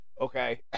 Okay